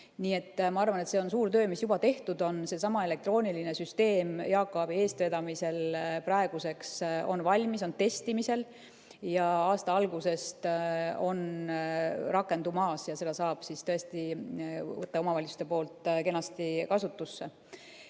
Nii et ma arvan, et see on suur töö, mis juba tehtud on. Seesama elektrooniline süsteem Jaak Aabi eestvedamisel praeguseks on valmis, on testimisel ja on aasta algusest rakendumas. Selle saavad siis tõesti võtta omavalitsused kenasti kasutusse.